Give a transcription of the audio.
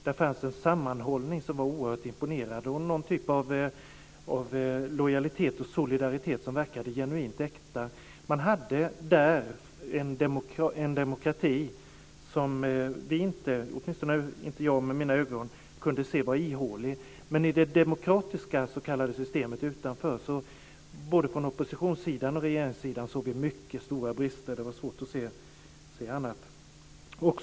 Där fanns en sammanhållning som var oerhört imponerande och någon typ av lojalitet och solidaritet som verkade genuint äkta. Man hade en demokrati där som vi inte, åtminstone inte jag med mina ögon, kunde se var ihålig. Men i det s.k. demokratiska systemet utanför såg vi mycket stora brister både hos oppositionssidan och regeringssidan. Det var svårt att se annat.